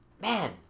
Man